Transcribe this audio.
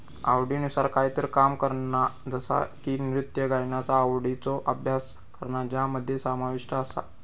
आवडीनुसार कायतरी काम करणा जसा की नृत्य गायनाचा आवडीचो अभ्यास करणा ज्यामध्ये समाविष्ट आसा